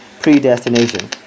predestination